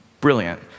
brilliant